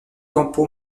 campo